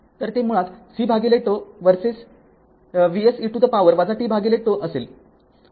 तर ते मुळात c भागिले τ Vs e to the power tτ असेल